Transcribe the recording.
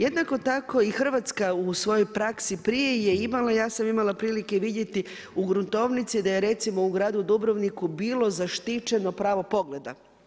Jednako tako i Hrvatska u svojoj praksi je prije i imala, i ja sam imala prilike i vidjeti u gruntovnici, da je recimo u gradu Dubrovniku bilo zaštićeno pravo pogleda.